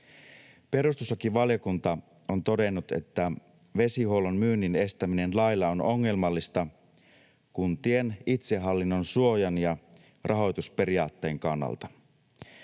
Perustuslakivaliokunta on todennut, että vesihuollon myynnin estäminen lailla on ongelmallista kuntien itsehallinnon suojan ja rahoitusperiaatteen kannalta.